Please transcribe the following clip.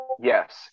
Yes